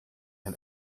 ein